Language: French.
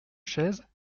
chaises